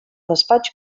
despatx